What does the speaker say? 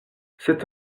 c’est